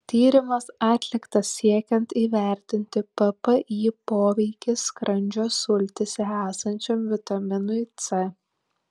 tyrimas atliktas siekiant įvertinti ppi poveikį skrandžio sultyse esančiam vitaminui c